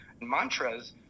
mantras